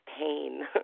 pain